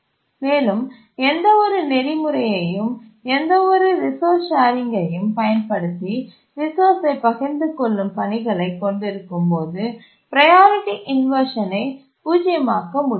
மேலும் எந்தவொரு நெறிமுறையையும் எந்தவொரு ரிசோர்ஸ் ஷேரிங்கயும் பயன்படுத்தி ரிசோர்ஸ்சை பகிர்ந்து கொள்ளும் பணிகளைக் கொண்டிருக்கும்போது ப்ரையாரிட்டி இன்வர்ஷனை பூஜ்ஜியமாக்க முடியுமா